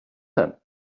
him